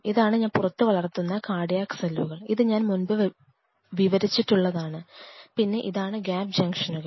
ഇതാണ് പുറത്തു വളർത്തുന്ന കാർഡിയാക് സെല്ലുകൾ ഇത് ഞാൻ മുൻപ് വിവരിച്ചിട്ടുള്ളതാണ് പിന്നെ ഇതാണ് ഗ്യാപ് ജംഗ്ഷനുകൾ